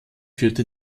führte